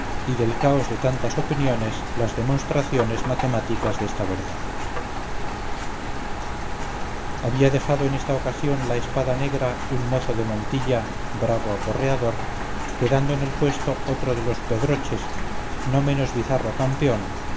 y del caos de tantas opiniones las demonstraciones matemáticas desta verdad había dejado en esta ocasión la espada negra un mozo de montilla bravo aporreador quedando en el puesto otro de los pedroches no menos bizarro campeón